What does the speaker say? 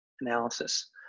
analysis